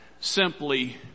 Simply